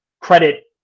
credit